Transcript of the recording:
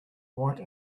white